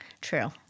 True